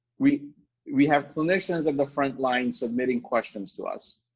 we we have clinicians of the frontline submitting questions to us.